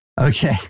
Okay